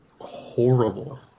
horrible